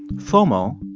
fomo,